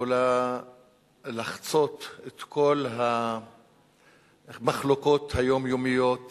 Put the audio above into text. יכולה לחצות את כל המחלוקות היומיומיות